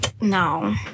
no